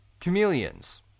chameleons